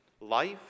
life